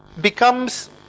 becomes